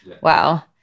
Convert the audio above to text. wow